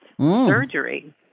surgery